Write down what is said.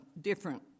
different